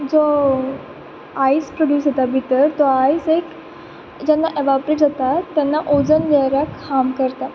जो ice produce जाता भितर तो आयस एक जेन्ना एवेपोरेट्स जाता तेन्ना ओझोन लेयराक हाम करता